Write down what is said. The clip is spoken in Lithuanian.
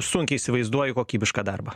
sunkiai įsivaizduoju kokybišką darbą